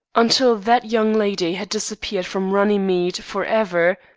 until that young lady had disappeared from runnymede for ever,